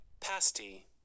Pasty